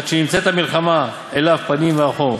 עד שנמצאת המלחמה אליו פנים ואחור.